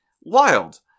wild